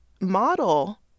model